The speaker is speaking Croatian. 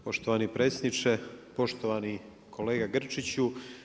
Poštovani predsjedniče, poštovani kolega Grčiću.